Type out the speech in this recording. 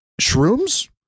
Shrooms